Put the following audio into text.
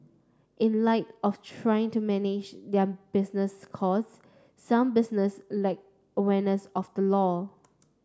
in light of trying to manage their business cause some businesses lack awareness of the law